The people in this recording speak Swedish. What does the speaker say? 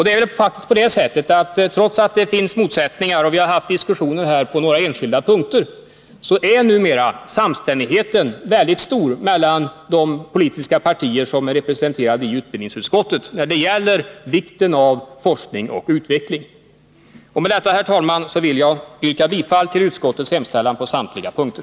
Det är faktiskt på det sättet — trots att det finns motsättningar och vi har haft diskussioner på enskilda punkter — att samstämmigheten numera är mycket stor mellan de politiska partier som är representerade i utbildningsutskottet när det gäller vikten av forskning och utveckling. Med detta, herr talman, vill jag yrka bifall till utskottets hemställan på samtliga punkter.